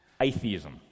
atheism